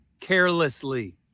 carelessly